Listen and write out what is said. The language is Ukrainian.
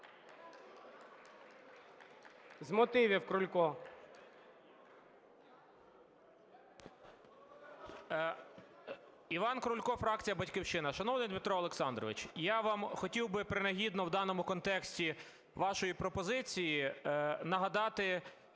З мотивів – Крулько.